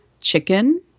chicken